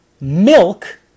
milk